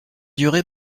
duré